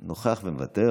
אינו נוכח,